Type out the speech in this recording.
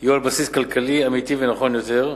יהיו על בסיס כלכלי אמיתי ונכון יותר.